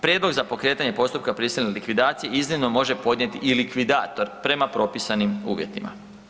Prijedlog za pokretanje postupka prisilne likvidacije iznimno može podnijeti i likvidator prema propisanim uvjetima.